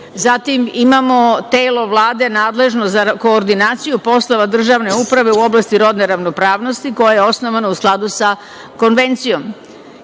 zatim imamo telo Vlade nadležno za koordinaciju poslova državne uprave u oblasti rodne ravnopravnosti, koje je osnovano u skladu sa Konvencijom,